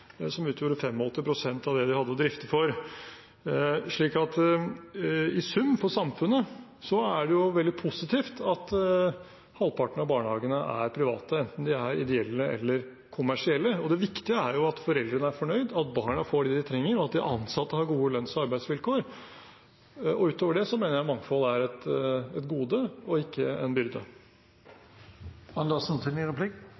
som utgjorde 85 pst. av det de hadde å drifte for. Så i sum for samfunnet er det jo veldig positivt at halvparten av barnehagene er private, enten de er ideelle eller kommersielle. Det viktige er at foreldrene er fornøyd, at barna får det de trenger, og at de ansatte har gode lønns- og arbeidsvilkår. Utover det mener jeg mangfold er et gode og ikke en byrde.